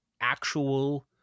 actual